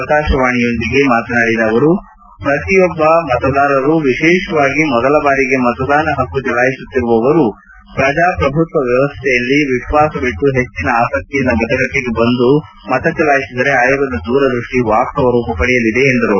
ಆಕಾಶವಾಣಿಯೊಂದಿಗೆ ಮಾತನಾಡಿದ ಅವರು ಪ್ರತಿಯೊಬ್ಬ ಮತದಾರರು ವಿಶೇಷವಾಗಿ ಮೊದಲ ಬಾರಿಗೆ ಮತದಾನದ ಪಕ್ಕು ಚಲಾಯಿಸುತ್ತಿರುವವರು ಪ್ರಜಾಪ್ರಭುತ್ವ ವ್ಕವಸ್ಥೆಯಲ್ಲಿ ವಿಶ್ವಾಸವಿಟ್ಟು ಹೆಚ್ಚಿನ ಆಸಕ್ತಿಯಿಂದ ಮತಗಟ್ಟಿಗೆ ಬಂದು ಮತ ಚಲಾಯಿಸಿದರೆ ಆಯೋಗದ ದೂರದ್ಯಷ್ಟಿ ವಾಸ್ತವ ರೂಪ ಪಡೆಯಲಿದೆ ಎಂದರು